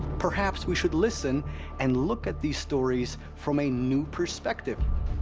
perhaps we should listen and look at these stories from a new perspective.